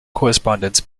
correspondence